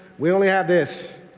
we only have this.